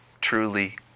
truly